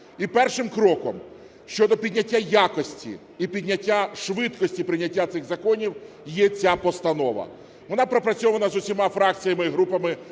І першим кроком щодо підняття якості і підняття швидкості прийняття цих законів є ця Постанова. Вона пропрацьована з усіма фракціями і групами.